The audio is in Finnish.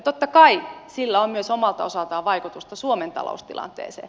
totta kai sillä on myös omalta osaltaan vaikutusta suomen taloustilanteeseen